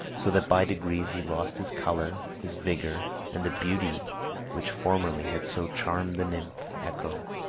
so that by degrees he lost his color, his vigor, and the beauty which formerly had so charmed the nymph echo.